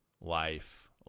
life